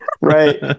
right